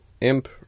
Imp